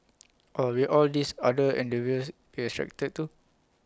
or will all these other endeavours be restricted too